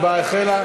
ההצבעה החלה.